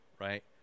Right